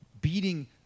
beating